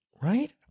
Right